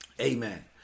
Amen